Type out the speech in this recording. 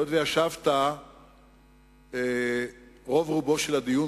ישבת רוב רובו של הדיון,